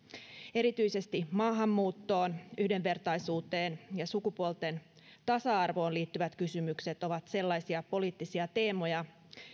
erityisesti maahanmuuttoon yhdenvertaisuuteen ja sukupuolten tasa arvoon liittyvät kysymykset ovat sellaisia poliittisia teemoja